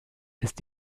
ist